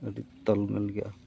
ᱟᱹᱰᱤ ᱛᱟᱞᱢᱮᱞ ᱜᱮᱭᱟ